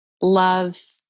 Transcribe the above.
love